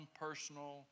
personal